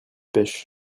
pêche